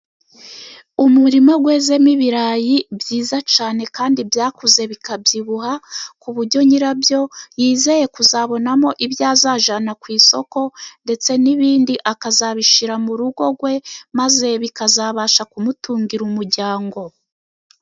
Umurima wezemo ibirayi byiza cyane kandi byakuze bikabyibuha, ku buryo nyirabyo yizeye kuzabonamo ibyo azajyana ku isoko, ndetse n'ibindi akazabishyira mu rugo rwe, maze bikazabasha kumutugira umuryango.